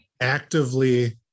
actively